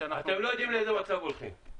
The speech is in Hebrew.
אתם לא יודעים לאיזה מצב הולכים.